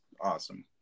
awesome